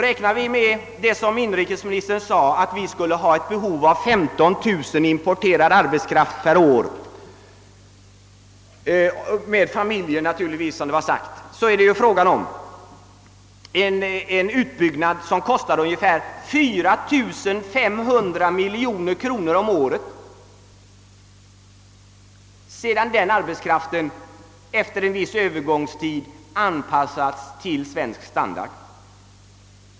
En import av 15 000 utländska arbetare per år — naturligtvis med familjer, såsom inrikesministern även angivit — betyder en kostnad för den därmed följande utbyggnaden på ungefär 47500 miljoner kronor om året sedan denna arbetskraft efter en viss övergångstid anpassats till svensk standard.